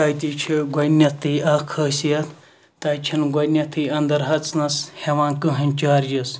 تَتہِ چھِ گۄڈنیٚتھے اکھ خٲصیَت تَتہِ چھَنہِ گۄڈنیٚتھے اَندَر اَژنَس ہیٚوان کہٕنۍ چارجِز